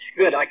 good